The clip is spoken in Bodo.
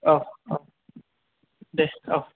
औ औ दे औ